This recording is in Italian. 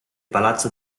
palazzo